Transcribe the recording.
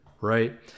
right